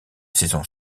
saisons